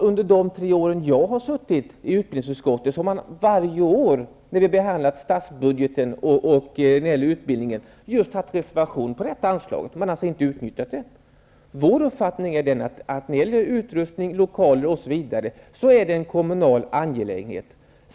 Under de tre år jag har suttit i utbildningsutskottet har man varje år haft reservation på detta anslag. Man har alltså inte utnyttjat det. Vår uppfattning är att utrustning, lokaler osv. är en kommunal angelägenhet.